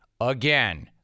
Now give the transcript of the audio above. Again